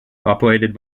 operated